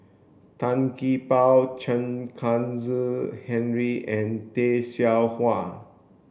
Tan Gee Paw Chen Kezhan Henri and Tay Seow Huah